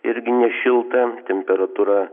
irgi nešilta temperatūra